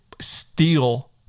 steal